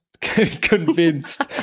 convinced